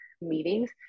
meetings